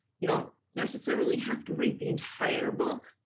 you don't necessarily have to read the entire book.